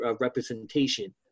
representation